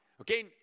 Okay